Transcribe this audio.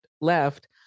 left